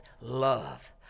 Love